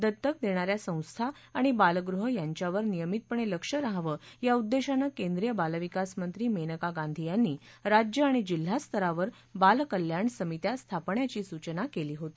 दत्तक देणा या संस्था आणि बालगृह यांच्यावर नियमितपणे लक्ष रहावं या उद्देशानं केंद्रीय बालविकास मंत्री मेनका गांधी यांनी राज्य आणि जिल्हा स्तरावर बालकल्याण समित्या स्थापण्याची सूचना केली होती